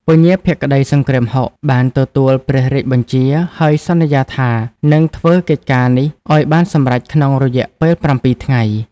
ពញាភក្តីសង្គ្រាមហុក បានទទួលព្រះរាជបញ្ជា ហើយសន្យាថានឹងធ្វើកិច្ចការនេះឲ្យបានសម្រេចក្នុងរយៈពេល ៧ ថ្ងៃ។